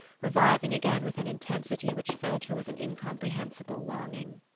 reviving again with an intensity which filled her with an incomprehensible longing.